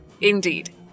Indeed